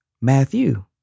Matthew